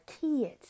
kids